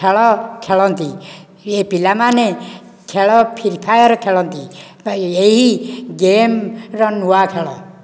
ଖେଳ ଖେଳନ୍ତି ଏହି ପିଲାମାନେ ଖେଳ ଫ୍ରି ଫାୟାର ଖେଳନ୍ତି ଏହି ଗେମ ର ନୂଆ ଖେଳ